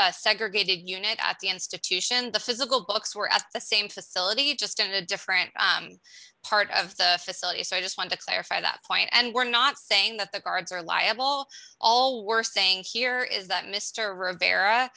particular segregated unit at the institution the physical books were at the same facility just in a different part of the facility so i just want to clarify that point and we're not saying that the guards are liable all we're saying here is that mr rivera